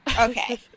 okay